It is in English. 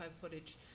footage